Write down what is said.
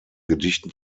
gedichten